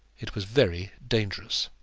it was very dangerous.